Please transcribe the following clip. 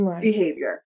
behavior